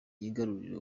yigarurire